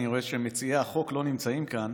אני רואה שמציעי החוק לא נמצאים כאן.